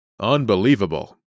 Unbelievable